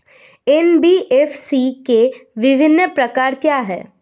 NBFC के विभिन्न प्रकार क्या हैं?